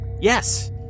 Yes